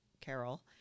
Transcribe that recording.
Carol